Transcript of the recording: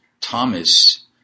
Thomas